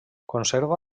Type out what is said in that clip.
conserva